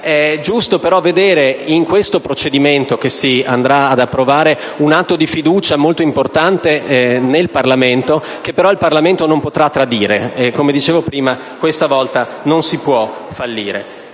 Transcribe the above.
È giusto, però, vedere nel procedimento che si andrà ad approvare un atto di fiducia molto importante nel Parlamento, che il Parlamento, però, non potrà tradire. Come dicevo prima, questa volta non si può fallire.